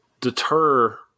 deter